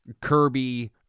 Kirby